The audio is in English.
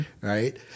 right